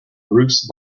bruce